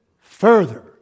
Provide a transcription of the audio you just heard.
further